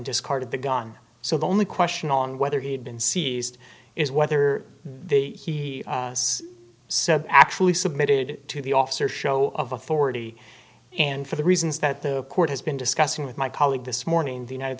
discarded the gun so the only question on whether he had been seized is whether the he said actually submitted to the officer show of authority and for the reasons that the court has been discussing with my colleague this morning the united